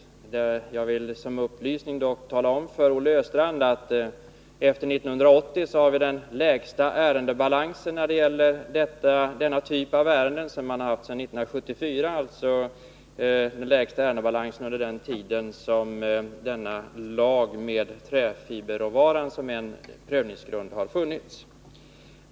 Jag vill dock som upplysning nämna för Olle Östrand att vi när det gäller denna typ av ärenden fr.o.m. 1980 har den lägsta ärendebalansen sedan 1974, alltså under den tid som lagen har tillämpats med träfiberråvaran som prövningsgrund.